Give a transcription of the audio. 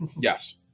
yes